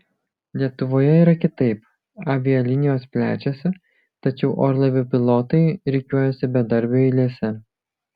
lietuvoje yra kitaip avialinijos plečiasi tačiau orlaivių pilotai rikiuojasi bedarbių eilėse